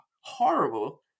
horrible